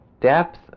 depth